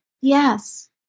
Yes